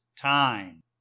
time